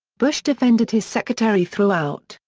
bush defended his secretary throughout,